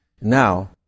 now